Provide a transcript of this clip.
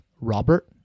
Robert